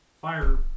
fire